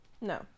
No